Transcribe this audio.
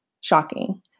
shocking